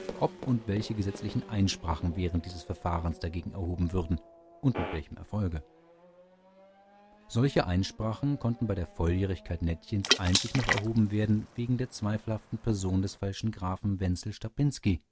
ob und welche gesetzliche einsprachen während dieses verfahrens dagegen erhoben würden und mit welchem erfolge solche einsprachen konnten bei der volljährigkeit nettchens einzig noch erhoben werden wegen der zweifelhaften person des falschen grafen wenzel